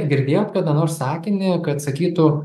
ar girdėjot kada nors sakinį kad sakytų